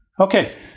Okay